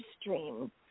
stream